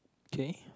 K